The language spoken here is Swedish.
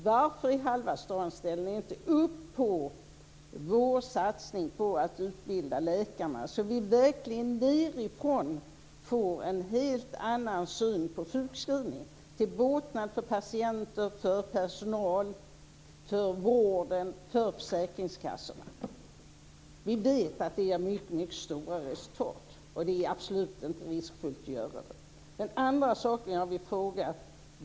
Varför i halva stan ställer ni inte upp på vår satsning på att utbilda läkarna så att vi verkligen nedifrån får en helt annan syn på sjukskrivning till båtnad för patienterna, personalen, vården och försäkringskassorna? Ni vet att det ger mycket stora resultat, och det är absolut inte riskfyllt att göra det. Det finns också en annan sak jag vill fråga om.